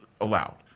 allowed